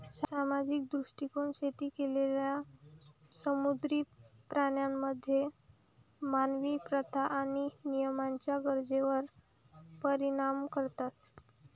सामाजिक दृष्टीकोन शेती केलेल्या समुद्री प्राण्यांमध्ये मानवी प्रथा आणि नियमांच्या गरजेवर परिणाम करतात